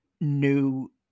new